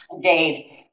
Dave